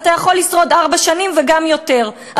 אתה יכול לשרוד ארבע שנים וגם יותר,